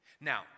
Now